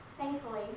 Thankfully